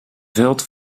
veld